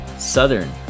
Southern